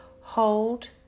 hold